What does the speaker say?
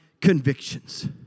convictions